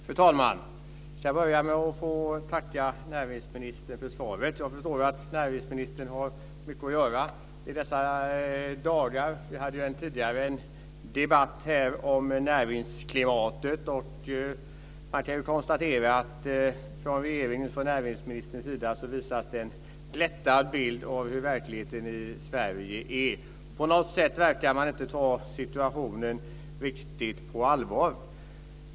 Fru talman! Jag börjar med att tacka näringsministern för svaret. Jag förstår att näringsministern har mycket att göra i dessa dagar. Vi hade ju tidigare en debatt här om näringsklimatet. Man kan konstatera att det från regeringens och näringsministerns sida visas en glättad bild av hur verkligheten i Sverige är. På något sätt verkar man inte ta situationen riktigt på allvar.